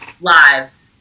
lives